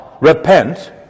Repent